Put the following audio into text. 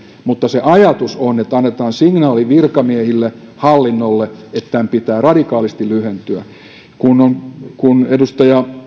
mutta se ajatus on että annetaan signaali virkamiehille hallinnolle että tämän pitää radikaalisti lyhentyä kun edustaja